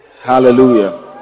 Hallelujah